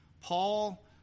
Paul